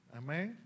amen